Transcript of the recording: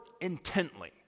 intently